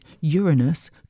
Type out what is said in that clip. Uranus